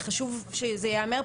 חשוב שזה ייאמר,